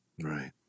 Right